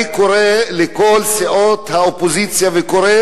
אני קורא לכל סיעות האופוזיציה וקורא